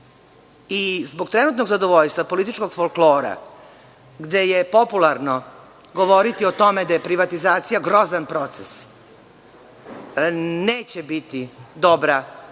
i zbog trenutnog zadovoljstva, političkog folklora, gde je popularno govoriti o tome da je privatizacija grozan proces, neće biti dobra ni